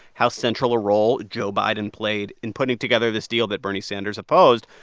how central a role joe biden played in putting together this deal that bernie sanders opposed.